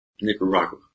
Nicaragua